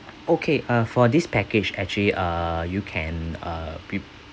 okay uh for this package actually uh you can uh be~